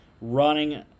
running